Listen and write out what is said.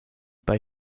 bei